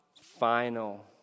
final